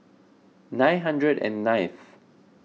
nine hundred and ninth